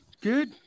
good